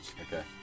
okay